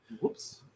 Whoops